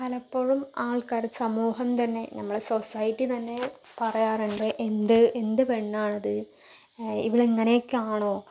പലപ്പോഴും ആൾക്കാർ സമൂഹം തന്നെ നമ്മുടെ സൊസൈറ്റി തന്നെ പറയാറുണ്ട് എന്ത് എന്ത് പെണ്ണാണ് ഇത് ഇവളിങ്ങനെയൊക്കെ ആണോ